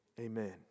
amen